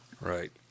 Right